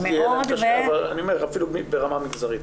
לא יודע אם תחנות אבל ברמה מגזרית.